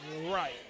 Right